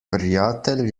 prijatelj